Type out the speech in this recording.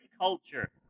culture